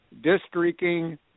districting